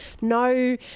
no